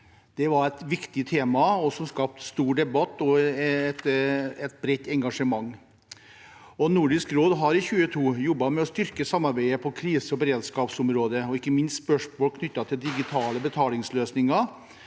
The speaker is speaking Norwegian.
Det var et viktig tema som skapte stor debatt og et bredt engasjement. Nordisk råd har i 2022 jobbet med å styrke samarbeidet på krise- og beredskapsområdet. Ikke minst er spørsmål knyttet til digitale betalingsløsninger